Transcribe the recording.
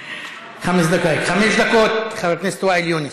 חמש דקות, חבר הכנסת ואאל יונס.